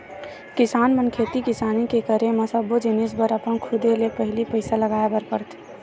किसान मन खेती किसानी के करे म सब्बो जिनिस बर अपन खुदे ले पहिली पइसा लगाय बर परथे